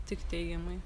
tik teigiamai